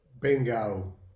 Bingo